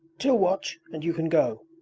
til watch, and you can go